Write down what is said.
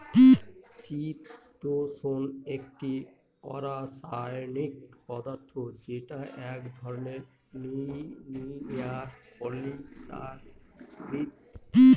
চিতোষণ একটি অরাষায়নিক পদার্থ যেটা এক ধরনের লিনিয়ার পলিসাকরীদ